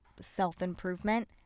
self-improvement